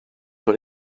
sur